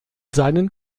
seinen